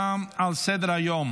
בסדר-היום,